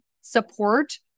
support